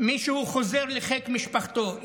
מישהו חוזר לחיק משפחתו.